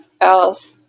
else